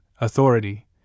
authority